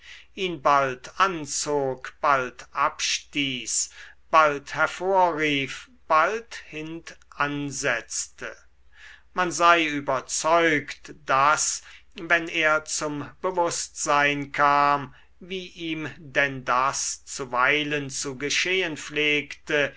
ihn bald anzog bald abstieß bald hervorrief bald hintansetzte man sei überzeugt daß wenn er zum bewußtsein kam wie ihm denn das zuweilen zu geschehen pflegte